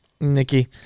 Nikki